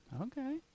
Okay